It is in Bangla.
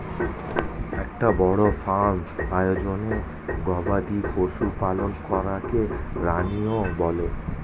একটা বড় ফার্ম আয়োজনে গবাদি পশু পালন করাকে রানিং বলে